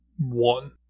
one